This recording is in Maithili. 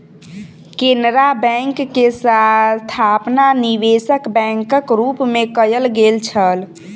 केनरा बैंक के स्थापना निवेशक बैंकक रूप मे कयल गेल छल